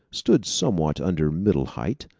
stood somewhat under middle height,